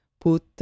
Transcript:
put